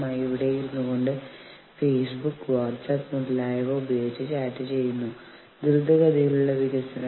നിങ്ങൾ ഒരു യൂണിയൻ ഉണ്ടാക്കുകയാണെങ്കിൽ ഈ ആനുകൂല്യമോ ആ ആനുകൂല്യമോ ഞങ്ങൾ നിങ്ങൾക്ക് നൽകില്ല